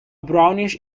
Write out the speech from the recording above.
brownish